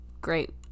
great